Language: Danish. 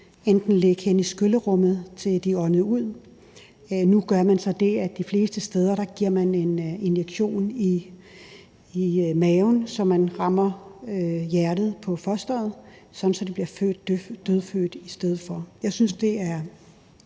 måtte lægge hen i skyllerummet, til de åndede ud, men nu gør man de fleste steder så det, at man giver en injektion i maven, så man rammer hjertet på fosteret, sådan at det bliver dødfødt i stedet for. Jeg synes, det er